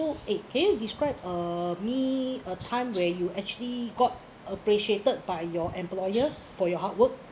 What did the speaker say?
so eh can you describe uh me a time where you actually got appreciated by your employer for your hard work